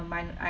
mino~